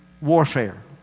warfare